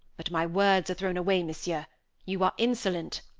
but my words are thrown away, monsieur you are insolent.